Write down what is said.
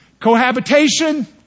Cohabitation